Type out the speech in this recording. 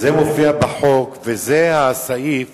זה הסעיף